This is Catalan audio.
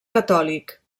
catòlic